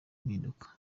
impinduka